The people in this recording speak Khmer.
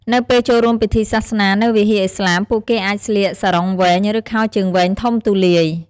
នៅពេលចូលរួមពិធីសាសនានៅវិហារឥស្លាម ពួកគេអាចស្លៀក សារុងវែង ឬខោជើងវែងធំទូលាយ។